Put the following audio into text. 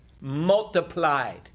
multiplied